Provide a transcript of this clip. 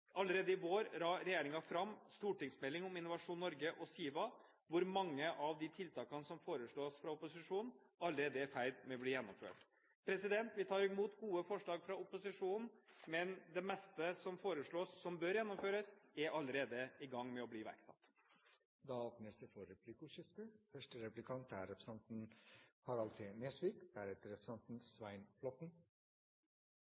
Allerede i vår la regjeringen fram stortingsmeldingen om Innovasjon Norge og SIVA, og mange av de tiltakene som foreslås fra opposisjonen, er allerede i ferd med å bli gjennomført. Vi tar imot gode forslag fra opposisjonen, men det meste som foreslås som bør gjennomføres, er allerede i gang med å bli iverksatt. Det blir replikkordskifte. Jeg er